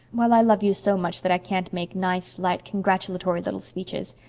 well, i love you so much that i can't make nice, light, congratulatory little speeches.